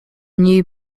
new